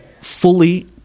fully